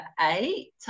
eight